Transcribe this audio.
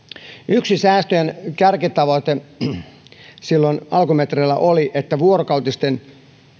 yksi säästöjen kärkitavoite silloin alkumetreillä oli että vuorokautisen